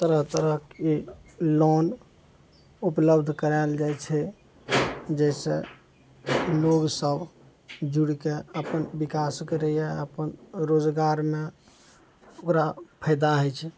तरह तरहके लोन उपलब्ध करायल जाइ छै जैसे लोग सब जुड़िकऽ अपन विकास करइए अपन रोजगारमे ओकरा फायदा होइ छै